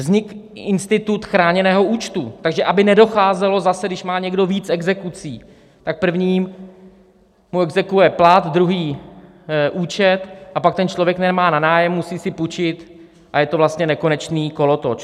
Vznikl institut chráněného účtu, takže aby nedocházelo zase, když má někdo víc exekucí, tak první mu exekuuje plat, druhý účet, a pak ten člověk nemá na nájem, musí si půjčit a je to vlastně nekonečný kolotoč.